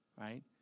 right